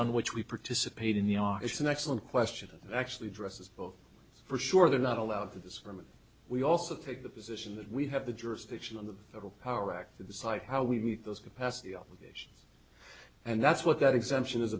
on which we participate in the ah it's an excellent question actually addresses both for sure they're not allowed to discriminate we also take the position that we have the jurisdiction of the federal power act to decide how we meet those capacity obligations and that's what that exemption is